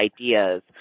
ideas